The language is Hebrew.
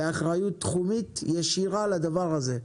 באחריות תחומית ישירה לדבר הזה,